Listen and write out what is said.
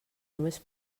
només